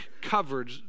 covered